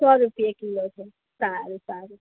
સો રૂપીએ કિલો છે સારું સારું